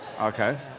Okay